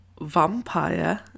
vampire